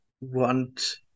want